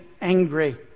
angry